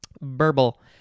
burble